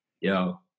yo